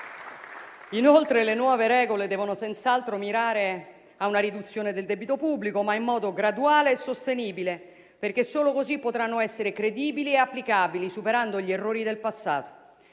Inoltre, le nuove regole devono senz'altro mirare a una riduzione del debito pubblico, ma in modo graduale e sostenibile, perché solo così potranno essere credibili e applicabili, superando gli errori del passato.